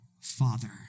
Father